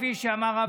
כפי שאמר אבי מעוז,